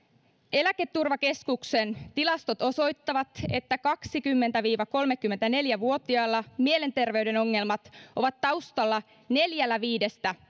eläketurvakeskuksen tilastot osoittavat että kaksikymmentä viiva kolmekymmentäneljä vuotiailla mielenterveyden ongelmat ovat taustalla neljällä viidestä